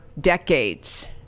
Decades